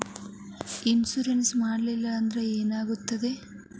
Insurance ಮಾಡಲಿಲ್ಲ ಅಂದ್ರೆ ಏನಾಗುತ್ತದೆ?